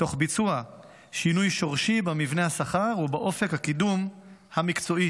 תוך ביצוע שינוי שורשי במבנה השכר ובאופק הקידום המקצועי